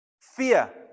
fear